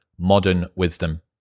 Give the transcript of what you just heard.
modernwisdom